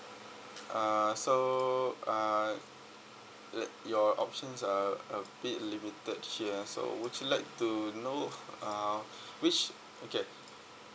uh so uh like your options are a bit limited here so would you like to know uh which okay